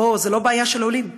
זאת לא הבעיה של העולים,